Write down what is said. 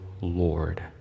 Lord